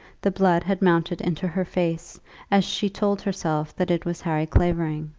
the blood had mounted into her face as she told herself that it was harry clavering.